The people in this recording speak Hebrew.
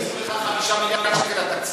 אתה מתנגד שיוסיפו לך 5 מיליארד שקל לתקציב?